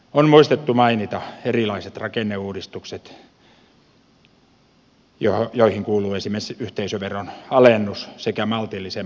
on muistettu mainita erilaiset rakenneuudistukset joihin kuuluvat esimerkiksi yhteisöveron alennus sekä maltillisen palkkaratkaisun tukeminen